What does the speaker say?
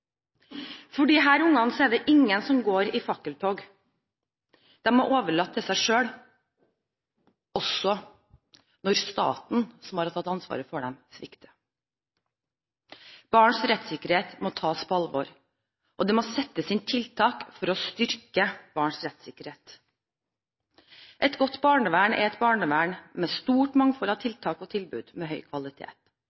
For disse ungene er det ingen som går i fakkeltog, de er overlatt til seg selv, også når staten, som har tatt ansvaret for dem, svikter. Barns rettssikkerhet må tas på alvor, og det må settes inn tiltak for å styrke barns rettssikkerhet. Et godt barnevern er et barnevern med stort mangfold av